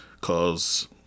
cause